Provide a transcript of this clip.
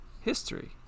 history